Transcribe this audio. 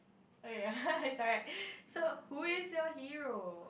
okay is alright so who is your hero